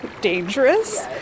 dangerous